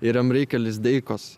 ir jam reikia lizdeikos